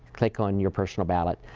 click on your personal ballot.